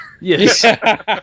Yes